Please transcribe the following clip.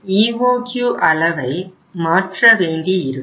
EOQ அளவை மாற்ற வேண்டியிருக்கும்